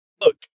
Look